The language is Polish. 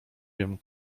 wiem